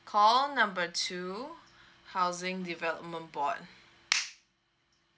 call number two housing development board